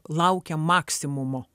laukia maksimumo